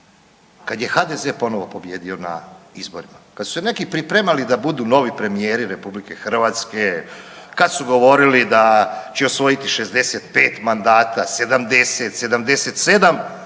Kad je HDZ ponovo pobijedio na izborima. Kad su se neki pripremali da budu novi premijeri RH, kad su govorili da će osvojiti 65 mandata, 70, 77